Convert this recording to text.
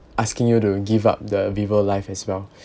asking you to give up the vivo life as well